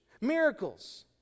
miracles